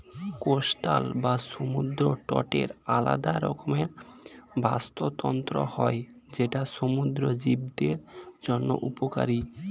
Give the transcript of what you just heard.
coastal বা সমুদ্র তটের আলাদা রকমের বাস্তুতন্ত্র হয় যেটা সমুদ্র জীবদের জন্য উপকারী